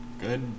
good